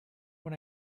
when